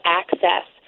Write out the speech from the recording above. access